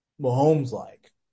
Mahomes-like